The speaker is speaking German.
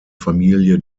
familie